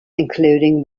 including